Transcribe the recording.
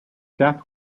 death